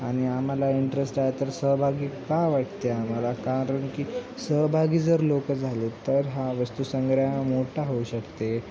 आणि आम्हाला इंटरेस्ट आहे तर सहभागी का वाटते आम्हाला कारण की सहभागी जर लोकं झाले तर हा वस्तू संग्रह मोठा होऊ शकते